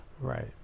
Right